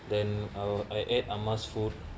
then oh I ate அம்மா:ammaa S food